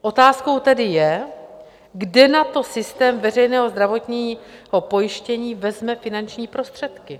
Otázkou tedy je, kde na to systém veřejného zdravotní pojištění vezme finanční prostředky.